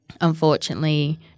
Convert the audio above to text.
unfortunately